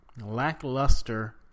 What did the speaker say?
lackluster